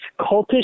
cultish